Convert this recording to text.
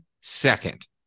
second